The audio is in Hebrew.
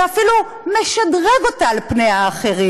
זה אפילו משדרג אותה על פני אחרים.